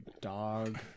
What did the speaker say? dog